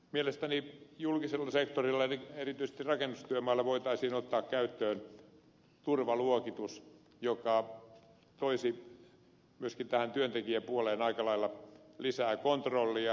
mielestäni julkisella sektorilla erityisesti rakennustyömailla voitaisiin ottaa käyttöön turvaluokitus joka toisi myöskin työntekijäpuoleen aika lailla lisää kontrollia